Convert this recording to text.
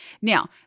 Now